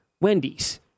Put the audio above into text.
Wendy's